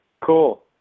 Cool